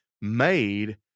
made